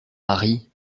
marie